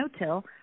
no-till